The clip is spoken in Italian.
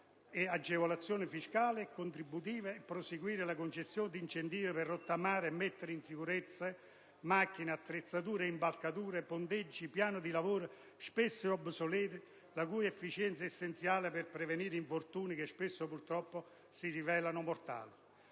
ed agevolazioni fiscali e contributive, nonché proseguendo con la concessione di incentivi per rottamare e mettere in sicurezza macchine, attrezzature, impalcature, ponteggi e piani di lavoro, spesso obsoleti, la cui efficienza è essenziale per prevenire infortuni che spesso, purtroppo, si rivelano mortali.